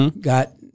got